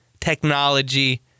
technology